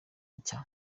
nshya